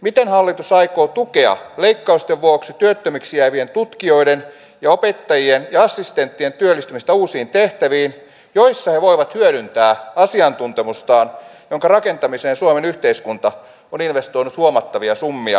miten hallitus aikoo tukea leikkausten vuoksi työttömiksi jäävien tutkijoiden ja opettajien ja assistenttien työllistymistä uusiin tehtäviin joissa he voivat hyödyntää asiantuntemustaan jonka rakentamiseen suomen yhteiskunta on investoinut huomattavia summia